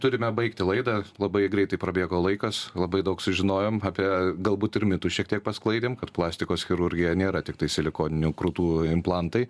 turime baigti laidą labai greitai prabėgo laikas labai daug sužinojom apie galbūt ir mitus šiek tiek pasklaidėm kad plastikos chirurgija nėra tiktai silikoninių krūtų implantai